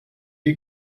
die